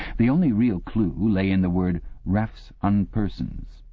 the only real clue lay in the words refs unpersons,